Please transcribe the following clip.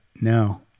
No